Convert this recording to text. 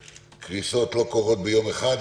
קריסות לא קורות ביום אחד,